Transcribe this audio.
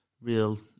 real